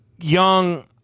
young